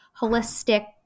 holistic